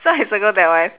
so I circle that one